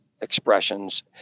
expressions